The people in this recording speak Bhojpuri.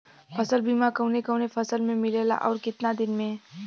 फ़सल बीमा कवने कवने फसल में मिलेला अउर कितना दिन में?